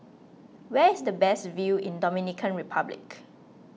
where is the best view in Dominican Republic